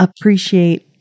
appreciate